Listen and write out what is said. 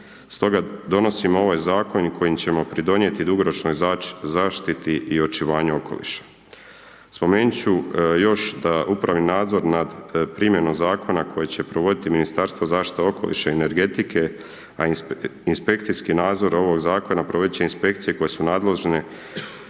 Stoga donosimo ovaj Zakon kojim ćemo pridonijeti dugoročnoj zaštiti i očuvanju okoliša. Spomenut ću još da upravni nadzor nad primjenom Zakona koji će provodit Ministarstvo zaštite okoliša i energetike, a inspekcijski nadzor ovog Zakona provodit će inspekcije koje su nadležne